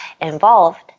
involved